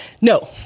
no